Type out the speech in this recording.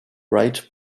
right